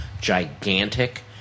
gigantic